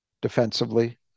defensively